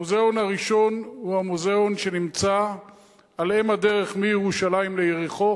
המוזיאון הראשון הוא המוזיאון שנמצא על אם הדרך מירושלים ליריחו,